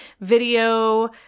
video